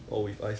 ah